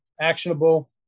actionable